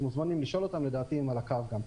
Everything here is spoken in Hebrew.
אתם מוזמנים לשאול אותם, לדעתי, הם על הקו גם.